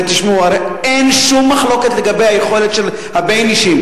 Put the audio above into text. הרי אין שום מחלוקת לגבי יכולת הבנ"ישים,